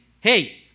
hey